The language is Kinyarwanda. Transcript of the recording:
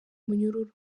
munyururu